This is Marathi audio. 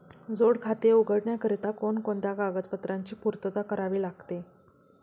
जोड खाते उघडण्याकरिता कोणकोणत्या कागदपत्रांची पूर्तता करावी लागते?